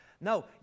no